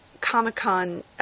Comic-Con